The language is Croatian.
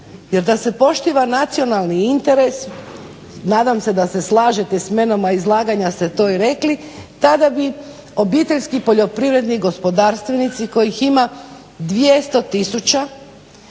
Jer da se poštuje nacionalni interes nadam se da se slažete sa mnom, a iz izlaganja ste to i rekli, tada bi obiteljski poljoprivredni gospodarstvenici kojih ima 200